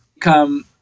come